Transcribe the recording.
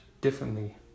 differently